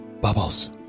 Bubbles